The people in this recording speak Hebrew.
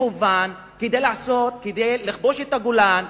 מכוון כדי לכבוש את הגולן.